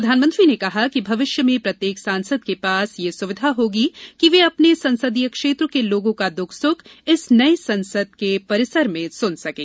प्रधानमंत्री ने कहा कि भविष्य में प्रत्येक सांसद के पास में सुविधा होगी कि वे अपने संसदीय क्षेत्र के लोगों का सुख दुख इस नये संसद के परिसर से सुन सकें